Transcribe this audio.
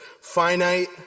finite